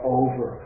over